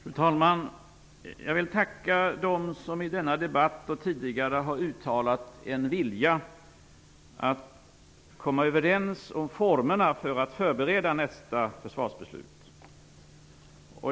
Fru talman! Jag vill tacka dem som i denna debatt och tidigare har uttalat en vilja att komma överens om formerna för att förbereda nästa försvarsbeslut.